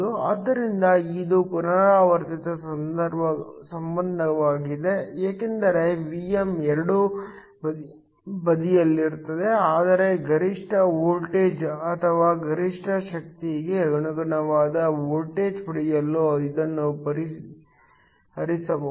ಆದ್ದರಿಂದ ಇದು ಪುನರಾವರ್ತಿತ ಸಂಬಂಧವಾಗಿದೆ ಏಕೆಂದರೆ Vm ಎರಡೂ ಬದಿಗಳಲ್ಲಿರುತ್ತದೆ ಆದರೆ ಗರಿಷ್ಠ ವೋಲ್ಟೇಜ್ ಅಥವಾ ಗರಿಷ್ಠ ಶಕ್ತಿಗೆ ಅನುಗುಣವಾದ ವೋಲ್ಟೇಜ್ ಪಡೆಯಲು ಇದನ್ನು ಪರಿಹರಿಸಬಹುದು